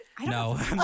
No